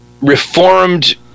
reformed